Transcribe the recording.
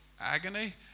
agony